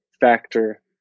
factor